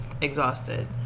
exhausted